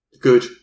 good